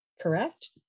Correct